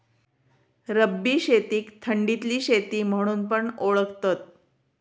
रब्बी शेतीक थंडीतली शेती म्हणून पण ओळखतत